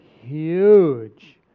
huge